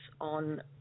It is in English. on